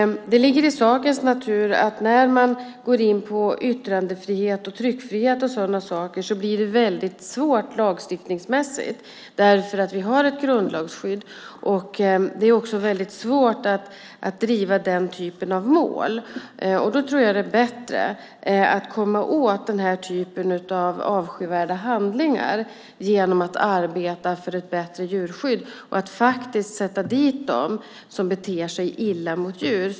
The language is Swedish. Det ligger i sakens natur att när man går in på yttrandefrihet, tryckfrihet och liknande blir det väldigt svårt lagstiftningsmässigt eftersom vi har ett grundlagsskydd. Det är också väldigt svårt att driva den typen av mål. Då tror jag att det är bättre att komma åt den här typen av avskyvärda handlingar genom att arbeta för ett bättre djurskydd och att faktiskt sätta dit dem som beter sig illa mot djur.